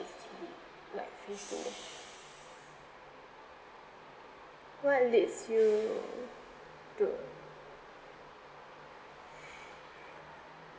like what leads you to